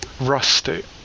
rustic